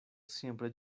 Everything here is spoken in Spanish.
siempre